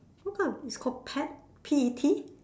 what kind of you call pet P E T